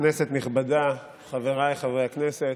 כנסת נכבדה, חבריי חברי הכנסת,